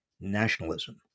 nationalism